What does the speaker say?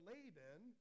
Laban